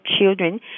children